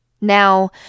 Now